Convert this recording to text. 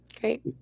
Great